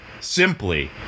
simply